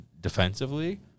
defensively